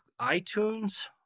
itunes